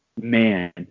Man